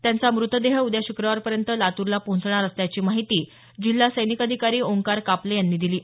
त्यांचा मृतदेह उद्या शुक्रवार पर्यंत लातूरला पोहोचणार असल्याची माहिती जिल्हा सैनिक अधिकारी ओंकार कापले यांनी दिली आहे